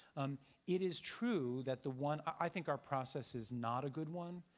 um it is true that the one i think our process is not a good one.